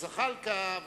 לזחאלקה,